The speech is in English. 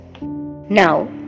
now